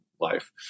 life